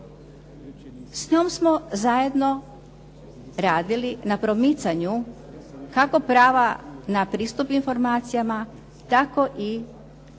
S njom smo zajedno radili na promicanju kako prava na pristup informacijama, tako i o promicanju